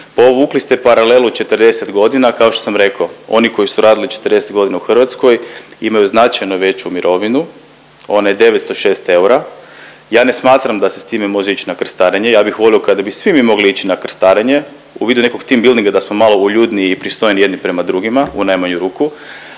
Povukli ste paralelu 40 godina. Kao što sam rekao, oni koji su radili 40 godina u Hrvatskoj imaju značajno veću mirovinu, ona je 906 eura. Ja ne smatram da se s time može ići na krstarenje, ja bih volio kada bi svi mi mogli ići na krstarenje u vidu nekog tim bildinga da smo malo uljudniji i pristojniji jedni prema drugima u najmanju ruku.